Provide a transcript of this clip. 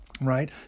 right